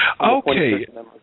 Okay